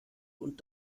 und